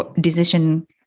decision